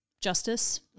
justice